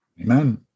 amen